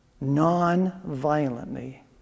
non-violently